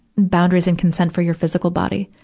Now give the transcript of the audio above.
boundaries and consent for your physical body?